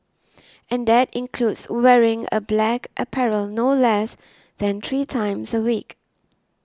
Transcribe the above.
and that includes wearing a black apparel no less than three times a week